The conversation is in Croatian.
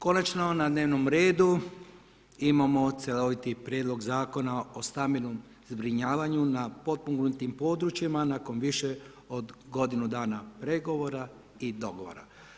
Konačno na dnevnom redu imamo cjeloviti Prijedlog zakona o stambenom zbrinjavanju na potpomognutim područjima nakon više od godinu dana pregovora i dogovora.